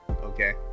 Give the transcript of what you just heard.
Okay